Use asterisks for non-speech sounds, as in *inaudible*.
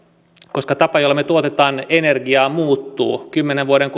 koska tapa jolla me tuotamme energiaa muuttuu kymmenen vuoden *unintelligible*